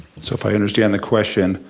so if i understand the question,